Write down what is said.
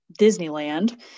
Disneyland